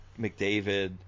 McDavid